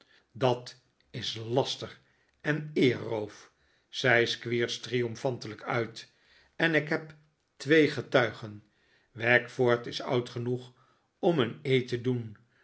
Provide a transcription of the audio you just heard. dat is laster en eerroof riep squeers triomfantelijk uit en ik heb twee getuigen wackford is oud genoeg om een eed te doen